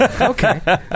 okay